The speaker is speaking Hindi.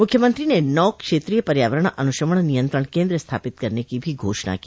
मुख्यमंत्री ने नौ क्षेत्रीय पर्यावरण अनुश्रवण नियंत्रण केन्द्र स्थापित करने की भी घोषणा की